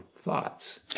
thoughts